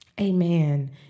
amen